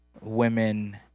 women